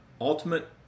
ultimate